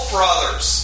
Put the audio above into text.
Brothers